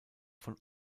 von